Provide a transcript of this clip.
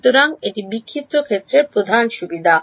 সুতরাং এটি বিক্ষিপ্ত ক্ষেত্রের প্রধান সুবিধা